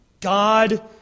God